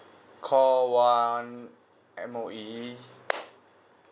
call one M_O_E